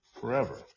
forever